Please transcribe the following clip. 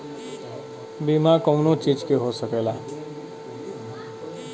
बीमा कउनो चीज के हो सकेला